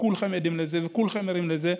וכולכם עדים וכולכם ערים לזה.